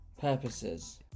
purposes